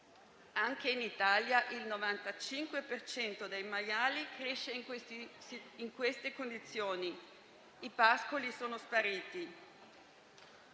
Anche in Italia il 95 per cento dei maiali cresce in queste condizioni. I pascoli sono spariti.